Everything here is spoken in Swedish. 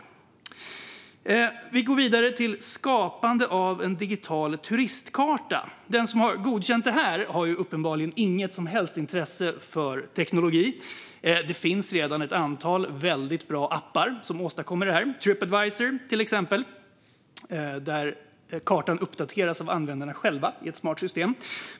Låt oss gå vidare till förslag om att skapa en digital turistkarta. Den som har godkänt detta förslag har uppenbarligen inget som helst intresse för teknik. Det finns redan ett antal mycket bra appar som åstadkommer detta, till exempel Tripadvisor. Kartan uppdateras av användarna själva med hjälp av ett smart system.